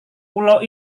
pulau